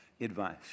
advice